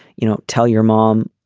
you know tell your mom